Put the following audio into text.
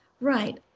Right